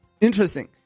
Interesting